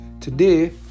Today